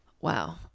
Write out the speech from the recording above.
wow